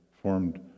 formed